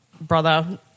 brother